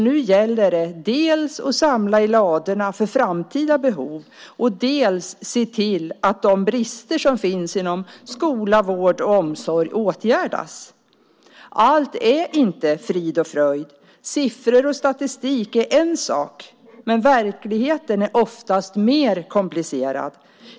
Nu gäller det dels att samla i ladorna för framtida behov, dels att se till att de brister som finns inom skola, vård och omsorg åtgärdas. Allt är inte frid och fröjd. Siffror och statistik är en sak, men verkligheten är oftast mer komplicerad.